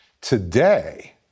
Today